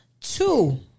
Two